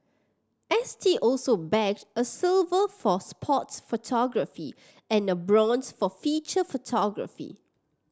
S T also bagged a silver for sports photography and a bronze for feature photography